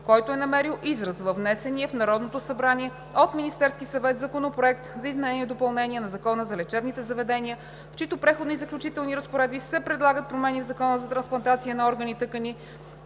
който е намерил израз във внесения в Народното събрание от Министерския съвет Законопроект за изменение и допълнение на Закона за лечебните заведения, в чийто Преходни и заключителни разпоредби се предлагат промени в Закона за трансплантация на органи, тъкани